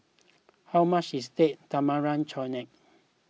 how much is Date Tamarind Chutney